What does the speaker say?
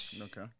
Okay